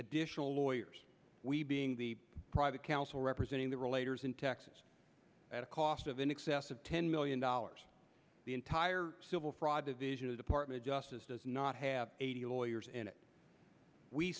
additional lawyers we being the private counsel representing the relator is in texas at a cost of in excess of ten million dollars the entire civil fraud division of department justice does not have eighty lawyers